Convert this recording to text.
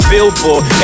Billboard